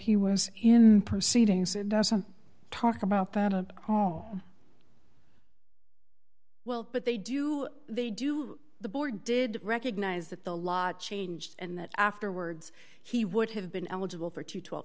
he was in the proceedings and doesn't talk about that home well but they do they do the board did recognize that the law changed and that afterwards he would have been eligible for two